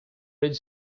ready